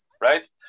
right